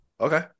Okay